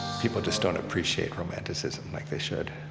people just don't appreciate romanticism like they should.